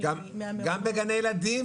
בגני ילדים.